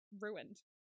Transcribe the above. ruined